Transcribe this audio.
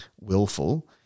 willful